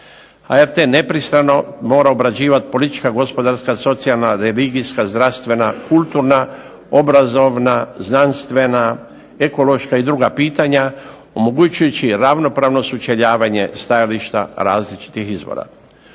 HRT nepristrano mora obrađivati politička, gospodarska, socijalna, religijska, zdravstvena, kulturna, obrazovna, znanstvena, ekološka i druga pitanja, omogućujući ravnopravno sučeljavanje stajališta različitih izvora.